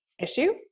issue